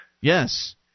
Yes